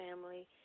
family